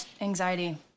Anxiety